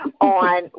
on